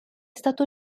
stato